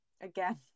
again